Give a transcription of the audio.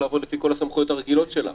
לעבוד לפי כל הסמכויות הרגילות שלה.